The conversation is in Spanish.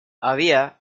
había